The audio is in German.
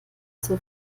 zur